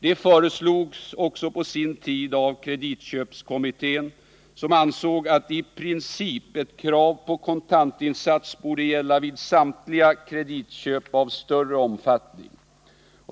Det föreslogs också på sin tid av kreditköpkommittén, som ansåg att i princip ett krav på kontantinsats borde gälla vid samtliga kreditköp av större omfattning.